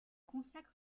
consacre